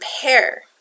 compare